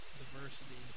diversity